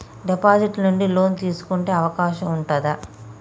Deposit ల నుండి loan తీసుకునే అవకాశం ఉంటదా?